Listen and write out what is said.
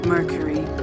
Mercury